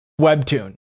Webtoon